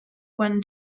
when